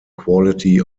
quality